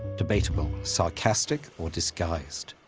debatable sarcastic, or disguised.